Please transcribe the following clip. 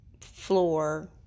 floor